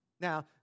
Now